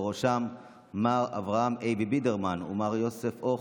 ובראשם מר אברהם אייבי בידרמן ומר יוסף הוך,